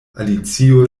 alicio